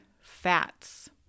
fats